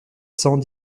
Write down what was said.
cent